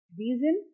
reason –